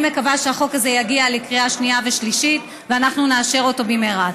אני מקווה שהחוק הזה יגיע לקריאה שנייה ושלישית ואנחנו נאשר אותו במהרה.